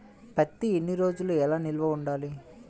పత్తి ఎన్ని రోజులు ఎలా నిల్వ ఉంచాలి?